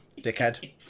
dickhead